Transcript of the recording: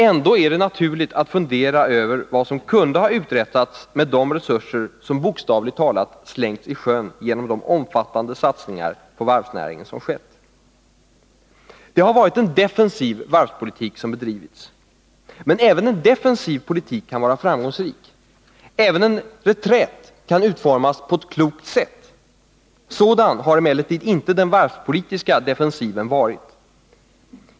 Ändå är det naturligt att fundera över vad som kunde ha uträttats med de resurser som bokstavligt talat slängts i sjön genom de omfattande satsningar på varvsnäringen som vi gjort. Det har varit en defensiv varvspolitik som bedrivits. Men även en defensiv politik kan vara framgångsrik. Även en reträtt kan utformas på ett klokt sätt. Sådan har emellertid inte den varvspolitiska defensiven varit.